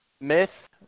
Myth